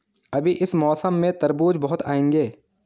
अभी इस मौसम में तरबूज बहुत आएंगे